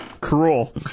cruel